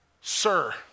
Sir